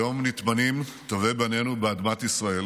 היום נטמנים טובי בנינו באדמת ישראל,